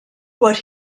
what